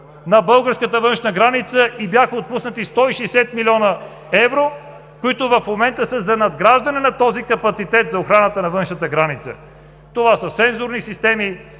на българската външна граница. Бяха отпуснати 160 млн. евро, които в момента са за надграждане на този капацитет за охраната на външната граница. Това са сензорни системи,